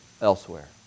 elsewhere